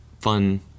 fun